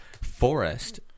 Forest